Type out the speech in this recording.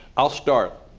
i'll start.